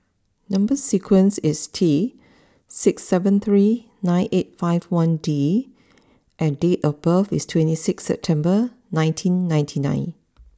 number sequence is T six seven three nine eight five one D and date of birth is twenty six September nineteen ninety nine